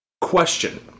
Question